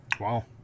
Wow